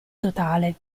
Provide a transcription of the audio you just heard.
totale